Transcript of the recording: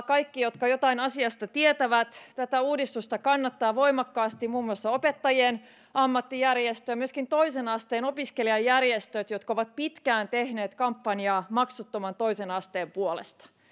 kaikki jotka jotain asiasta tietävät tätä uudistusta kannattaa voimakkaasti muun muassa opettajien ammattijärjestö myöskin toisen asteen opiskelijajärjestöt jotka ovat pitkään tehneet kampanjaa maksuttoman toisen asteen puolesta